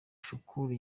shakur